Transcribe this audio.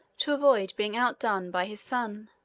to avoid being outdone by his son.